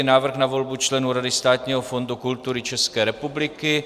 Návrh na volbu členů Rady Státního fondu kultury České republiky